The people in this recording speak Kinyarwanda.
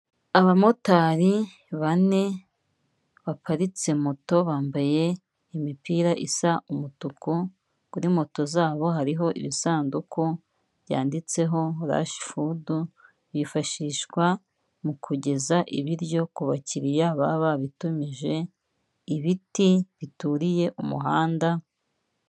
Abamotari bane baparitse moto, bambaye imipira isa umutuku, kuri moto zabo hariho ibisanduku byanditseho rash food, byifashishwa mu kugeza ibiryo ku bakiriya baba babitumije, ibiti bituriye umuhanda.